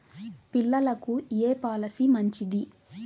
పిల్లలకు ఏ పొలసీ మంచిది?